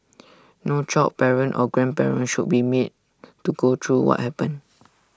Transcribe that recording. no child parent or grandparent should be made to go through what happened